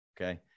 okay